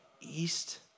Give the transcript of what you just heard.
East